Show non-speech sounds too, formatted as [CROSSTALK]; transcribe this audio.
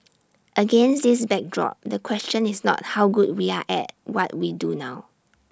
[NOISE] against this backdrop the question is not how good we are at what we do now